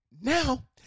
Now